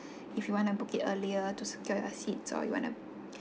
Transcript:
if you want to book it earlier to secure your seat so if you want to